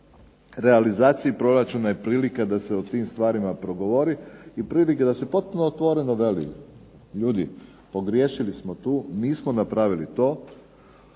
o realizaciji proračuna je prilika da se takvim stvarima govori i prilika da se potpuno otvoreno veli ljudi pogriješili smo tu nismo napravili to,